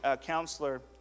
counselor